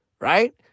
right